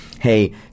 hey